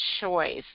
choice